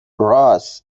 رآس